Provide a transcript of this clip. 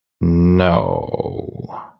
No